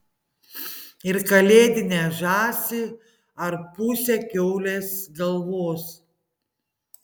ir kalėdinę žąsį ar pusę kiaulės galvos